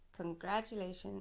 Congratulations